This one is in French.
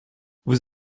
vous